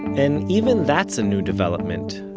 and even that's a new development.